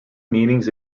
meetings